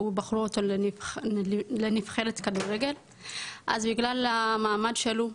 הוא בחרו אותו לנבחרת כדורגל אז בגלל המעמד שלו,